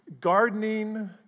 gardening